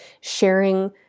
sharing